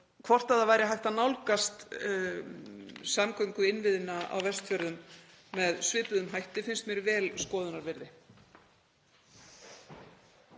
Hvort það væri hægt að nálgast samgönguinnviðina á Vestfjörðum með svipuðum hætti finnst mér vel skoðunar virði.